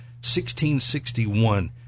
1661